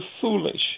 foolish